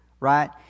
right